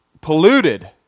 Polluted